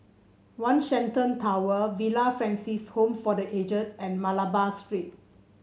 One Shenton Tower Villa Francis Home for The Aged and Malabar Street